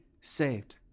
saved